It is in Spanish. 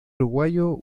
uruguayo